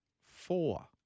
Four